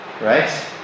Right